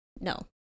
no